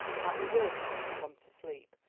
at the worst it has gone to sleep,